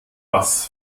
bass